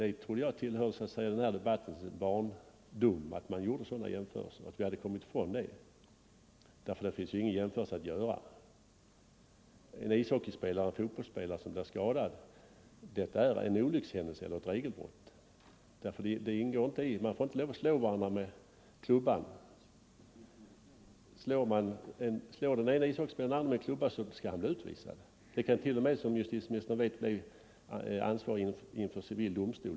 Det trodde jag tillhörde den här debattens barndom att man gjorde sådana jämförelser och att vi kommit ifrån det. Det finns inga jämförelser att göra. En ishockeyspelare eller fotbollsspelare som blir skadad blir det på grund av en olyckshändelse eller ett regelbrott. Man får inte slå varandra med klubborna. Slår den ene ishockeyspelaren den andre med klubban skall han bli utvisad. Det kan t.o.m., som justitieministern vet, bli ansvar inför civil domstol.